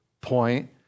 point